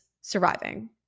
surviving